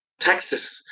texas